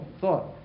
thought